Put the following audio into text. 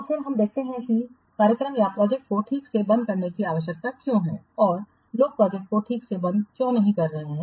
तो फिर हम देखते हैं कि कार्यक्रम या प्रोजेक्टओं को ठीक से बंद करने की आवश्यकता क्यों है और लोग प्रोजेक्टओं को ठीक से बंद क्यों नहीं कर रहे हैं